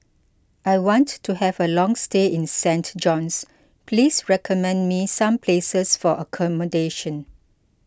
I want to have a long stay in Saint John's Please recommend me some places for accommodation